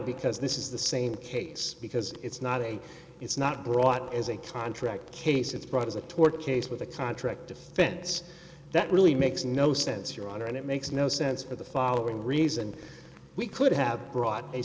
because this is the same case because it's not a it's not brought up as a contract case it's brought as a tort case with a contract defense that really makes no sense your honor and it makes no sense for the following reason we could have brought a